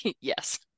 yes